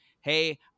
Hey